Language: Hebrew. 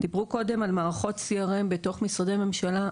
דיברו קודם על מערכות CRM במשרדי ממשלה,